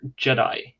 Jedi